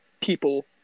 people